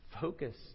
focus